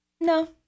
No